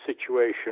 situation